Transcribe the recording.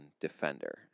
defender